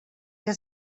que